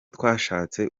twashatse